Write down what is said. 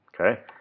Okay